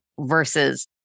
versus